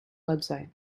website